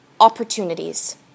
opportunities